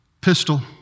pistol